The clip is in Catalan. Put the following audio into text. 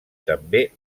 també